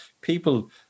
people